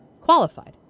qualified